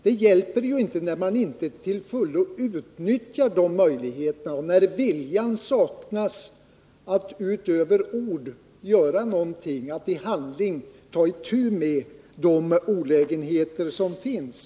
Det hjälper inte, när man inte utnyttjar de möjligheterna, när viljan saknas att utöver ord göra någonting, att i handling ta itu med de olägenheter som finns.